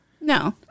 no